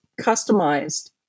customized